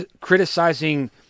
criticizing